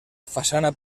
façana